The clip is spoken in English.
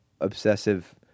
obsessive